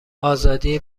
آزادی